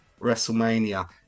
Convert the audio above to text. WrestleMania